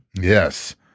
Yes